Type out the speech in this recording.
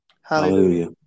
Hallelujah